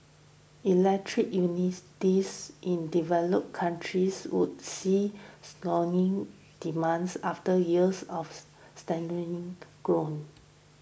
Electric Utilities in developed countries would see soaring demand after years of stagnating growth